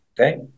Okay